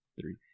three